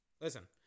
Listen